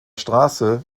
straße